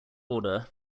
order